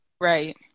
Right